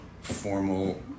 formal